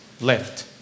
left